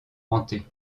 hantée